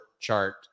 chart